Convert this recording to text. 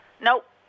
Nope